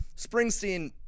Springsteen